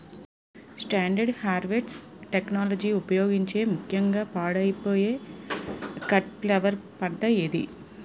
Standard harvest టెక్నాలజీని ఉపయోగించే ముక్యంగా పాడైపోయే కట్ ఫ్లవర్ పంట ఏది?